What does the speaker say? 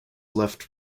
left